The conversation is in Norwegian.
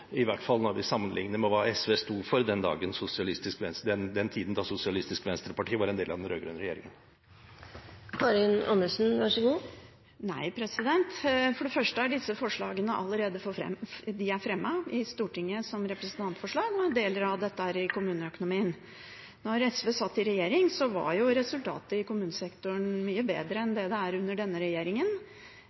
i hvert fall når man sammenlikner med hva SV sto for i løpet av den tiden da Sosialistisk Venstreparti var en del av den rød-grønne regjeringen? Nei. For det første er disse forslagene allerede fremmet i Stortinget som representantforslag, og deler av dette ligger i kommuneøkonomien. Da SV satt i regjering, var resultatet i kommunesektoren mye bedre enn det det er under denne regjeringen.